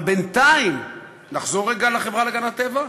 אבל בינתיים נחזור רגע לחברה להגנת הטבע: